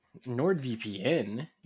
nordvpn